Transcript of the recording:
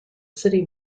city